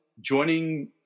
joining